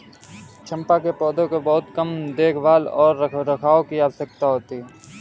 चम्पा के पौधों को बहुत कम देखभाल और रखरखाव की आवश्यकता होती है